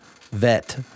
vet